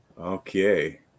okay